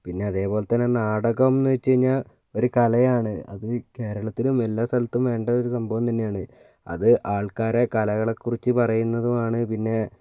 പിന്നെ അതേപോലെ തന്നെ നാടകം എന്നു വച്ചു കഴിഞ്ഞാൽ ഒരു കലയാണ് അത് കേരളത്തിലും എല്ലാ സ്ഥലത്തും വേണ്ട ഒരു സംഭവം തന്നെയാണ് അത് ആൾക്കാരെ കലകളെ കുറിച്ചു പറയുന്നതുമാണ് പിന്നെ